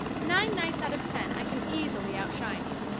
nine nights out of ten i can easily outshine you.